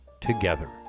together